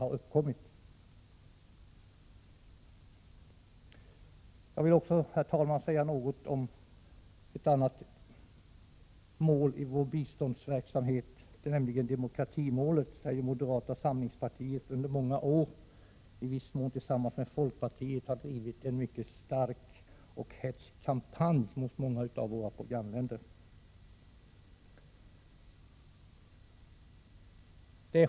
Jag skall, herr talman, också säga några ord om ett annat mål i vår biståndsverksamhet, nämligen demokratimålet. Moderaterna har i många år i viss mån tillsammans med folkpartiet drivit en mycket stark och hätsk kampanj mot många av våra programländer.